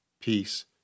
peace